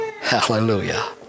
Hallelujah